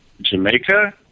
Jamaica